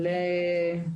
אני מאמינה בזה.